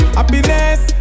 Happiness